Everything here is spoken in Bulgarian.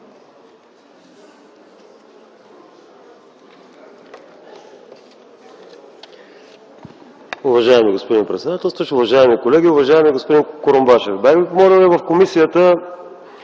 Уважаеми господин председателстващ, уважаеми колеги, уважаеми господин Курумбашев! Бяхме помолени в комисията